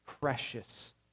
precious